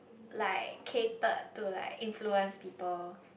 like catered to like influence people